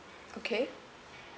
okay